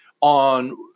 on